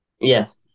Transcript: yes